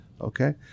okay